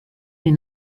sie